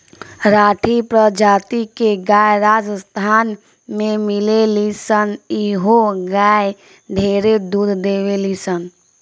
राठी प्रजाति के गाय राजस्थान में मिलेली सन इहो गाय ढेरे दूध देवेली सन